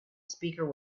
speaker